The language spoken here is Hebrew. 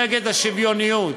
נגד השוויוניות.